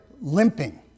limping